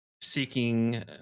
seeking